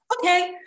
Okay